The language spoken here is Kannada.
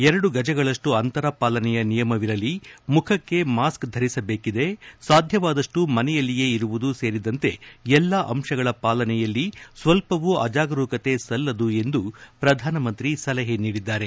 ಎರಡು ಗಜಗಳಷ್ಟು ಅಂತರ ಪಾಲನೆಯ ನಿಯಮವಿರಲಿ ಮುಖಕ್ಕೆ ಮಾಸ್ಕ್ ಧರಿಸಬೇಕಿದೆ ಸಾಧ್ಯವಾದಷ್ಟೂ ಮನೆಯಲ್ಲಿಯೇ ಇರುವುದು ಸೇರಿದಂತೆ ಎಲ್ಲಾ ಅಂಶಗಳ ಪಾಲನೆಯಲ್ಲಿ ಸ್ವಲ್ಪವೂ ಅಜಾಗರೂಕತೆ ಸಲ್ಲದು ಎಂದು ಪ್ರಧಾನಿ ಸಲಹೆ ನೀಡಿದ್ದಾರೆ